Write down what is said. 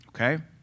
Okay